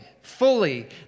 fully